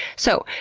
so,